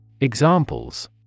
Examples